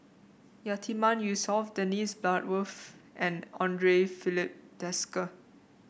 Yatiman Yusof Dennis Bloodworth and Andre Filipe Desker